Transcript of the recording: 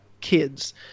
kids